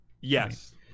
Yes